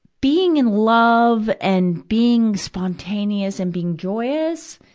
being in love and being spontaneous and being joyous,